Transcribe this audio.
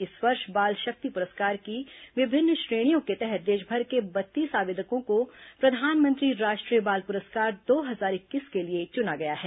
इस वर्ष बाल शक्ति पुरस्कार की विभिन्न श्रेणियों के तहत देशभर के बत्तीस आवेदकों को प्रधानमंत्री राष्ट्रीय बाल पुरस्कार दो हजार इक्कीस के लिए चुना गया है